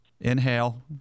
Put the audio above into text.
Inhale